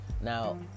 Now